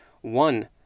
One